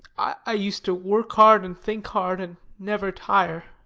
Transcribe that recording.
i used to work hard and think hard, and never tire